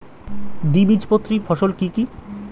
দ্বিবীজপত্রী ফসল কি কি?